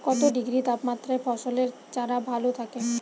কত ডিগ্রি তাপমাত্রায় ফসলের চারা ভালো থাকে?